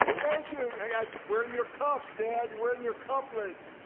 thank you! hey, i'm wearing your cuffs, dad wearing your cufflinks.